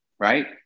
Right